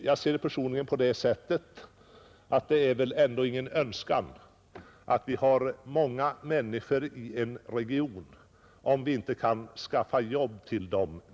Jag ser det personligen så att det är väl ändå ingen önskan att det bor många människor i en region om vi inte där kan skaffa arbete åt dem.